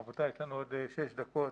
רבותיי, יש לנו עוד שש דקות.